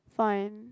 fine